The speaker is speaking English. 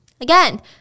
Again